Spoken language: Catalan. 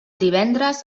divendres